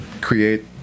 create